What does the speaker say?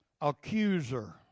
Accuser